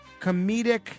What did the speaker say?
comedic